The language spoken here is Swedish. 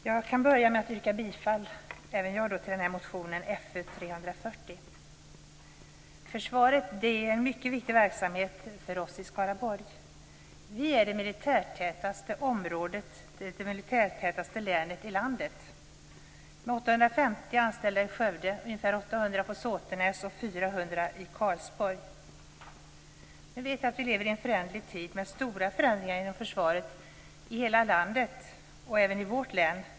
Fru talman! Även jag yrkar bifall till motion Försvaret är en mycket viktig verksamhet för oss i Skaraborg. Vårt län är det militärtätaste länet i landet med 850 anställda i Skövde, ungefär 800 anställda på Vi lever i en föränderlig tid. Det är stora förändringar inom försvaret i hela landet, även i vårt län.